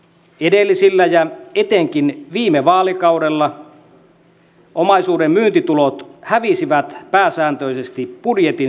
edellisillä vaalikausilla ja etenkin viime vaalikaudella omaisuudenmyyntitulot hävisivät pääsääntöisesti budjetin syövereihin